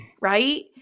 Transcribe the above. right